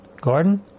Gordon